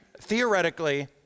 Theoretically